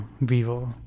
vivo